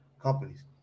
companies